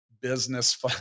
business